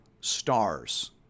stars